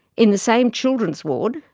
in the same children's ward,